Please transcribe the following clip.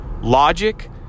logic